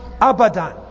Abadan